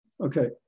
Okay